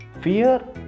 fear